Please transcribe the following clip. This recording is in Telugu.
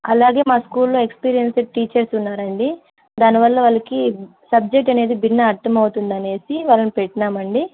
అలాగే మా స్కూల్లో ఎక్స్పీరియన్స్డ్ టీచర్స్ ఉన్నారండి దానివల్ల వాళ్ళకి సబ్జెక్ట్ అనేది భిన్న అర్థంమవుతుందనేసి వాళ్ళని పెట్టినామండి